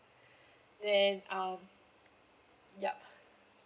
then um yup